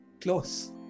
close